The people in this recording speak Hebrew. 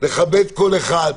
לכבד כל אחד,